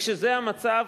כשזה המצב,